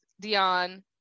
Dion